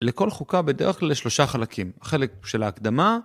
לכל חוקה בדרך כלל יש 3 חלקים, חלק של ההקדמה